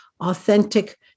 authentic